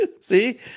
See